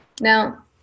Now